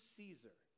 Caesar